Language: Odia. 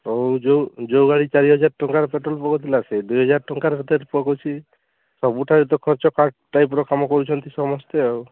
ଆଉ ଯେଉଁ ଯେଉଁ ଭାଇ ଚାରି ହଜାର ଟଙ୍କାର ପେଟ୍ରୋଲ୍ ପକଉ ଥିଲା ସେ ଦୁଇ ହଜାର ଟଙ୍କାର ତେଲ ପକଉଛି ସବୁଠାରୁ ତ ଖର୍ଚ୍ଚ ଟାଇପ୍ର କାମ କରୁଛନ୍ତି ସମସ୍ତେ ଆଉ